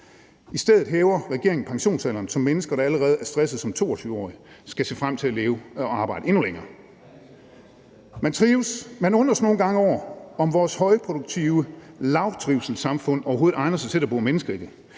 I stedet hæver regeringen pensionsalderen, så mennesker, der allerede er stressede som 22-årige, skal se frem til at leve og arbejde endnu længere. Man spekulerer nogle gange over, om vores højproduktive lavtrivselssamfund overhovedet egner sig til, at der bor mennesker i det.